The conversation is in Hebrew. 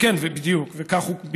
כן, כן, בדיוק כך.